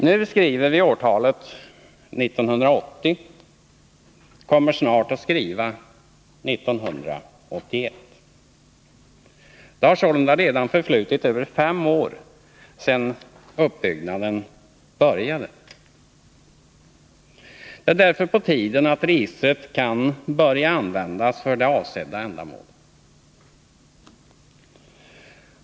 Nu skriver vi årtalet 1980 och kommer snart att skriva år 1981. Det har sålunda redan förflutit över fem år sedan uppbyggnaden började. Det är därför på tiden att registret kan börja användas för det avsedda ändamålet.